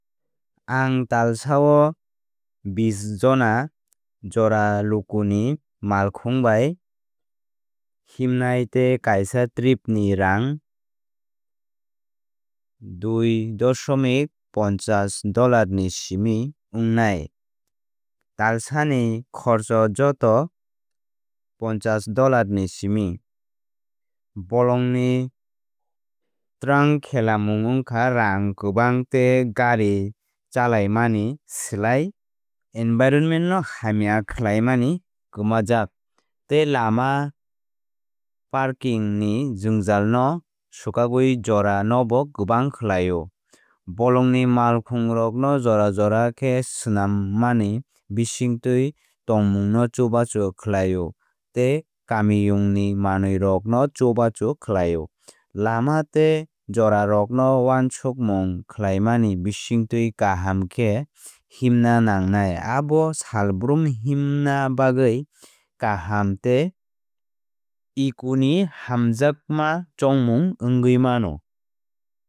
Ang talsao bish jona jora lukuni malkhung bai himnai tei kaisa trip ni rang dui dosmik ponchash ni simi wngnai. Talsa ni kharcha joto ponchash dollar ni simi. Bolongni trankhelamung wngkha rang kwbang tei gari chalaimani slai environment no hamya khlaimani kwmajak. Tei lama parking ni jwngjal no swkakwi jora nobo kwbang khlaio. Bolongni malkhungrokno jora jora khe swnammani bisingtwi tongmungno chubachu khlaio tei kamiyungni manwirokno chubachu khlaio. Lama tei jorarokno wansukmung khlaimani bisingtwi kaham khe himna nangnai. Abo salbrum himna bagwi kaham tei econi hamjakmachongmung wngwi mano.